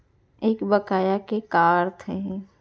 एक बकाया के का अर्थ हे?